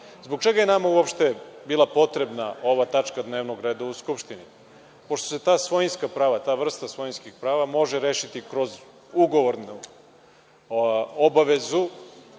Zbog čega je nama uopšte bila potrebna ova tačka dnevnog reda u Skupštini, pošto se ta vrsta svojinskih prava može rešiti kroz ugovornu obavezu